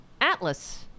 Atlas